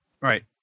Right